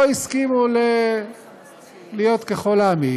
לא הסכימו להיות ככל העמים,